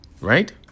right